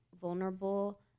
vulnerable